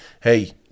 hey